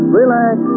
relax